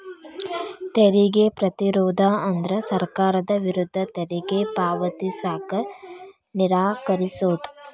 ತೆರಿಗೆ ಪ್ರತಿರೋಧ ಅಂದ್ರ ಸರ್ಕಾರದ ವಿರುದ್ಧ ತೆರಿಗೆ ಪಾವತಿಸಕ ನಿರಾಕರಿಸೊದ್